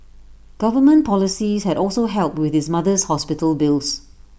government policies had also helped with his mother's hospital bills